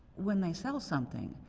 when they sell something,